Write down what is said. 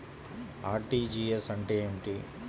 RTGS అంటే ఏమిటి?